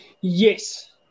Yes